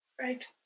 Right